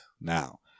Now